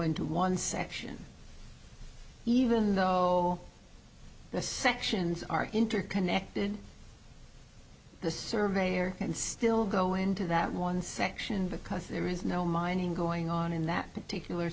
into one section even though the sections are interconnected the surveyor and still go into that one section because there is no mining going on in that particular